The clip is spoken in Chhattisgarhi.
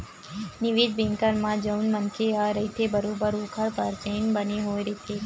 निवेस बेंकर म जउन मनखे ह रहिथे बरोबर ओखर परसेंट बने होय रहिथे